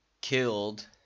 killed